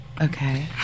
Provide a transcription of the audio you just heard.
Okay